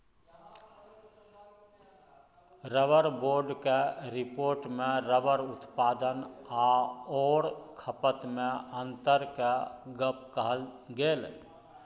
rubber बोर्डक रिपोर्टमे rubber उत्पादन आओर खपतमे अन्तरक गप कहल गेल